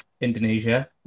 Indonesia